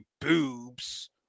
boobs